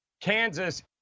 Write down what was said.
Kansas